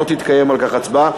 לא תתקיים על כך הצבעה.